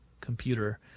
computer